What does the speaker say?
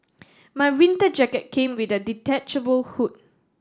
my winter jacket came with a detachable hood